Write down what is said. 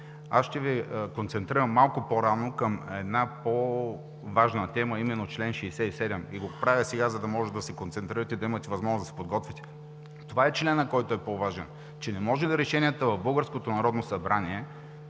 аз ще Ви концентрирам малко по-рано към една по-важна тема, а именно чл. 67. Правя го сега, за да можете да се концентрирате и да имате възможност да се подготвите. Това е членът, който е по-важен – че не можели решенията в